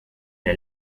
der